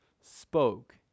spoke